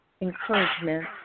encouragement